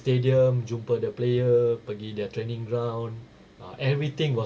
stadium jumpa the player pergi their training ground ah everything was